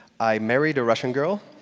i married a russian girl.